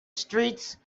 streets